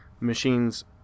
machines